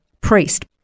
priest